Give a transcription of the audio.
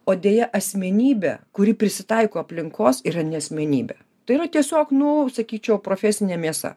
o deja asmenybė kuri prisitaiko aplinkos yra ne asmenybė tai yra tiesiog nu sakyčiau profesinė mėsa